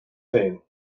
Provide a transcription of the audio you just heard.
féin